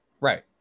right